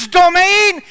domain